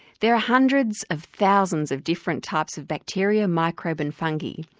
there are hundreds of thousands of different types of bacteria, microbes and fungi.